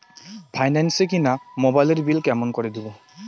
Finance এ কিনা মোবাইলের বিল কেমন করে দিবো?